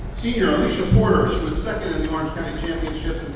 senior alicia porter, she was second in the orange county championships,